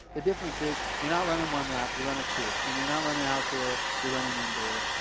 the difference is you're not running one lap, you're running two, and you're not running outdoor, you're running indoor,